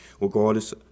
regardless